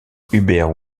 hubert